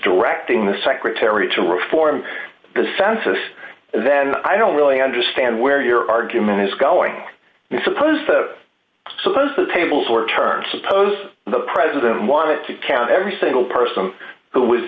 directing the secretary to reform the census then i don't really understand where your argument is going suppose suppose the tables were turned suppose the president wanted to count every single person who was